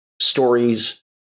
stories